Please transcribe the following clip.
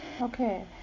okay